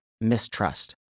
mistrust